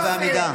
לא בעמידה.